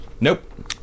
Nope